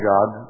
God